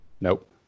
Nope